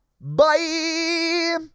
Bye